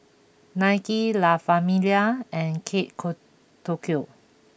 Nike La Famiglia and Kate Co Tokyo